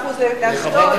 25% לאשדוד,